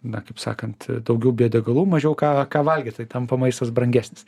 na kaip sakant daugiau biodegalų mažiau ką ką valgyt tai tampa maistas brangesnis